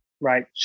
right